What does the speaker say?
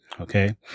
Okay